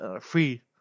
free